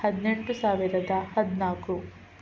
ಹದಿನೆಂಟು ಸಾವಿರದ ಹದಿನಾಲ್ಕು